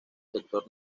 sector